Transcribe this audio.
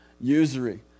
usury